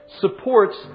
supports